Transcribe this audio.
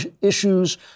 issues